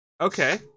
Okay